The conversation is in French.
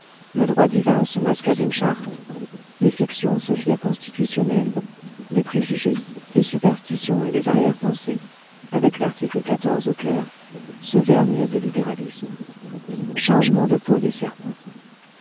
le droit divin se masqua d'une charte les fictions se firent constitutionnelles les préjugés les superstitions et les arrière-pensées avec l'article au coeur se vernirent de libéralisme changement de peau des serpents